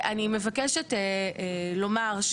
אני מבקשת לומר,